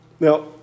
Now